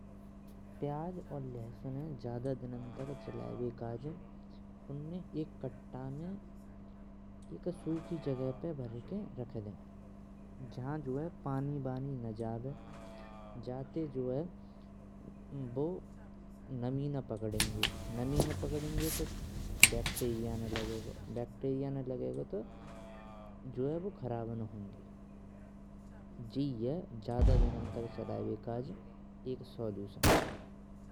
प्याज और लहसुन ए ज्यादा दिनन तक चलाएवे काज, उनाने एक कट्टा में एक सुखी जगह पे भर केइन रख देइन। जहां जो है पानी बणी न जावे जतते हो है बु नमी न पकड़ेंगे, नमी न पकड़ेंगे तो बैक्टीरिया ना लगेगो, बैक्टीरिया ना लगेगो तो जो है बु खराब न हुणगे। जे है ज्यादा ज्यादा दिनन चलाएवे काज सलूशन।